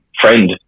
friend